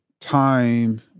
time